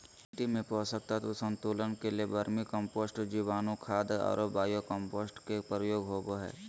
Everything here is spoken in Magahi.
मिट्टी में पोषक तत्व संतुलन ले वर्मी कम्पोस्ट, जीवाणुखाद और बायो कम्पोस्ट के प्रयोग होबो हइ